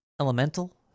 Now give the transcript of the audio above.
elemental